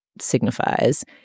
signifies—